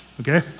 okay